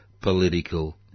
political